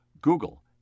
Google